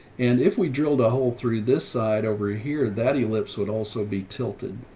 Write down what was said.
and if we drilled a hole through this side over here, that ellipse would also be tilted.